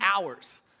hours